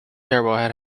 terrible